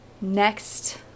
next